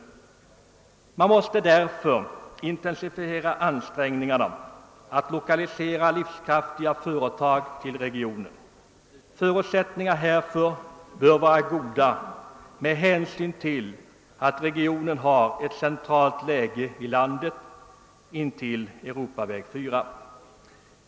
Man måste därför intensifiera ansträngningarna att lokalisera livskraftiga företag till området. Förutsättningarna härför bör vara goda med hänsyn till att regionen har ett centralt läge i landet intill Europaväg 4.